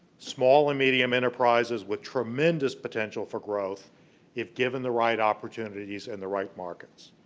small or medium enterprises with tremendous potential for growth if given the right opportunities and the right markets.